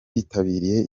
bitabiriye